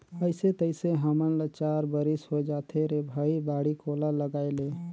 अइसे तइसे हमन ल चार बरिस होए जाथे रे भई बाड़ी कोला लगायेले